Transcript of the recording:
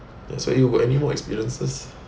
that's all you got any more experiences